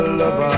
love